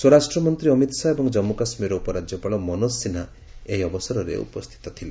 ସ୍ୱରାଷ୍ଟ୍ରମନ୍ତ୍ରୀ ଅମିତ୍ ଶାହା ଏବଂ ଜାମ୍ମୁ କାଶ୍ମୀର୍ର ଉପରାଜ୍ୟପାଳ ମନୋଜ ସିହା ଏହି ଅବସରରେ ଉପସ୍ଥିତ ଥିଲେ